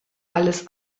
alles